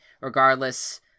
regardless